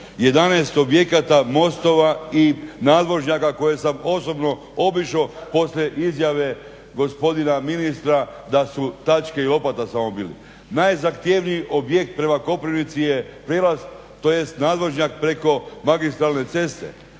11 objekata, mostova i nadvožnjaka koje sam osobno obišo poslije izjave gospodina ministra da su tačke i lopata samo bili. Najzahtjevniji objekt prema Koprivnici je prijelaz tj. nadvožnjak preko magistralne ceste.